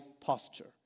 posture